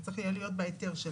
זה צריך יהיה להיות בהיתר שלהם,